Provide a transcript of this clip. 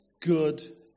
good